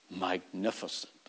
Magnificent